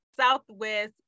Southwest